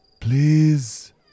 Please